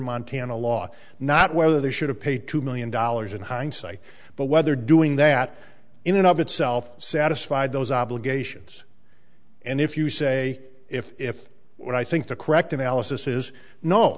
montana law not whether they should have paid two million dollars in hindsight but whether doing that in and of itself satisfied those obligations and if you say if if when i think the correct analysis is kno